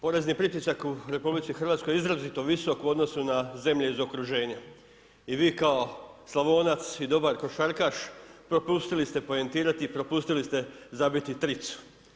Porezni pritisak u RH je izrazito visok u odnosnu na zemlje iz okruženja i vi kao Slavonac i dobar košarkaš propustili ste poentirati i propustili ste zabiti tricu.